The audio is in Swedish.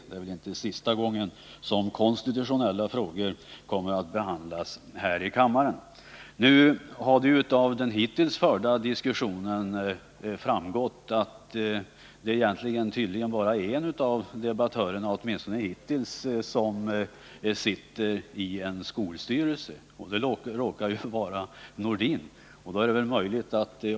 Det är ju inte sista gången som konstitutionella frågor behandlas här i kammaren. Av den hittills förda diskussionen har framgått att egentligen bara en av debattörerna, åtminstone hittills, sitter i en skolstyrelse. Det råkar vara Sven-Erik Nordin.